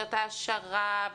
תוכניות העשרה,